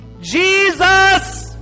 Jesus